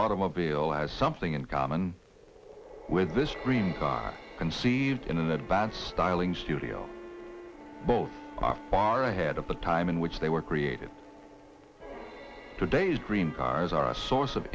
automobile has something in common with this dream car conceived in advance styling studio both are far ahead of the time in which they were created today's green cars are a source of